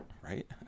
Right